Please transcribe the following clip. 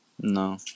No